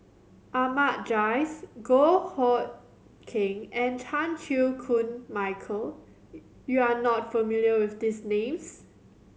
Ahmad Jais Goh Hood Keng and Chan Chew Koon Michael you are not familiar with these names